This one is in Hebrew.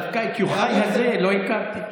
דווקא את יוחאי הזה לא הכרתי.